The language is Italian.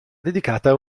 dedicata